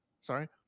sorry